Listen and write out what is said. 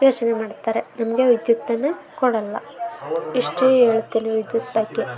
ಯೋಚನೆ ಮಾಡ್ತಾರೆ ನಮಗೆ ವಿದ್ಯುತ್ತನ್ನು ಕೊಡೋಲ್ಲ ಇಷ್ಟು ಹೇಳ್ತಿನಿ ವಿದ್ಯುತ್ ಬಗ್ಗೆ